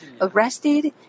arrested